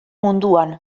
munduan